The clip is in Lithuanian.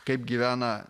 kaip gyvena